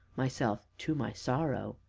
myself. to my sorrow.